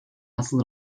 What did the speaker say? nasıl